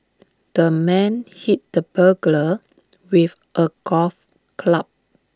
the man hit the burglar with A golf club